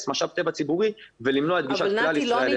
משאב טבע ציבורי ולמנוע את גישת כלל ישראל.